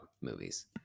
movies